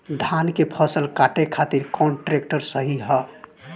धान के फसल काटे खातिर कौन ट्रैक्टर सही ह?